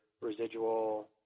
residual